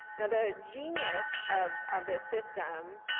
now the genius of of this system,